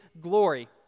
glory